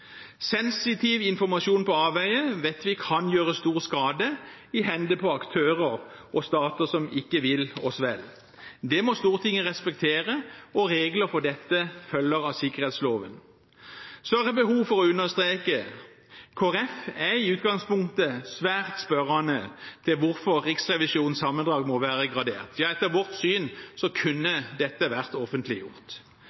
Sensitiv informasjon på avveier vet vi kan gjøre stor skade i hendene på aktører og stater som ikke vil oss vel. Det må Stortinget respektere, og regler for dette følger av sikkerhetsloven. Så har jeg behov for å understreke at Kristelig Folkeparti er i utgangspunktet svært spørrende til hvorfor Riksrevisjonens sammendrag må være gradert. Etter vårt syn